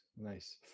Nice